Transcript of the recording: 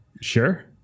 Sure